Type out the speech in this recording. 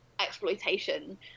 exploitation